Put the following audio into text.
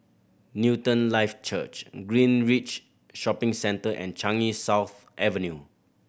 Newton Life Church Greenridge Shopping Centre and Changi South Avenue